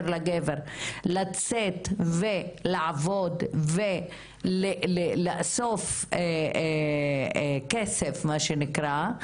לגבר לצאת ולעבוד ולאסוף כסף מה שנקרא,